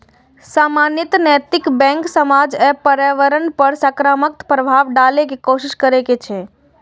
सामान्यतः नैतिक बैंक समाज आ पर्यावरण पर सकारात्मक प्रभाव डालै के कोशिश करै छै